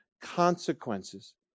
consequences